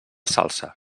salsa